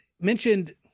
mentioned